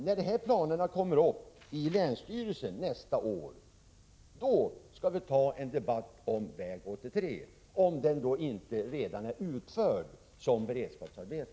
När de här planerna kommer upp i länsstyrelsen nästa år skall vi ta en debatt om väg 83, om den då inte redan är utförd som beredskapsarbete.